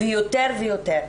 ויותר ויותר.